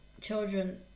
children